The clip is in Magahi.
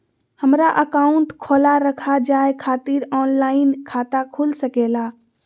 हमारा अकाउंट खोला रखा जाए खातिर ऑनलाइन खाता खुल सके ला?